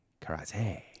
Karate